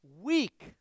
weak